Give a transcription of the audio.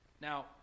Now